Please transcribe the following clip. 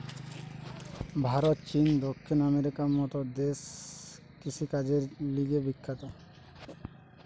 ভারত, চীন, দক্ষিণ আমেরিকার মত দেশ কৃষিকাজের লিগে বিখ্যাত